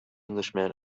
englishman